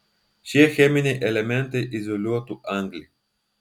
šie cheminiai elementai izoliuotų anglį